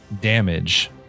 damage